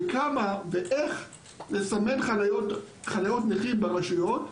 כמה ואיך לסמן חניות נכים ברשויות,